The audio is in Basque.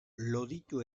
loditu